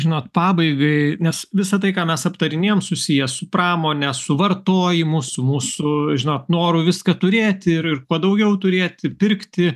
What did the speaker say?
žinot pabaigai nes visa tai ką mes aptarinėjam susiję su pramone su vartojimu su mūsų žinot noru viską turėti ir ir kuo daugiau turėti pirkti